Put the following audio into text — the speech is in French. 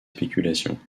spéculations